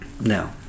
No